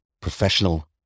professional